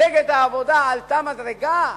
מפלגת העבודה עלתה מדרגה?